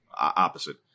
opposite